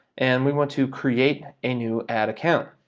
and we want to create a new ad account.